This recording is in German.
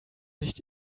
nicht